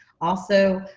also,